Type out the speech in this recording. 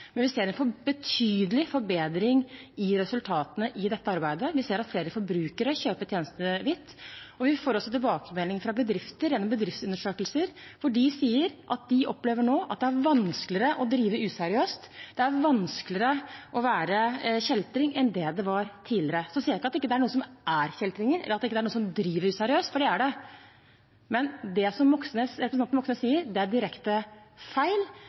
men vi ser en betydelig forbedring i resultatene av dette arbeidet. Vi ser at flere forbrukere kjøper tjenester hvitt, og vi får også tilbakemeldinger fra bedrifter, gjennom bedriftsundersøkelser, der de sier at de nå opplever at det er vanskeligere å drive useriøst, vanskeligere å være kjeltring enn det var tidligere. Jeg sier ikke at det ikke er noen som er kjeltringer, eller at det ikke er noen som driver useriøst, for det er det. Men det representanten Moxnes sier, er direkte feil.